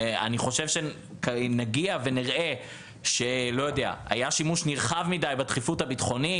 אני חושב שאם נגיע ונראה שהיה שימוש נרחב מדי בדחיפות הביטחונית,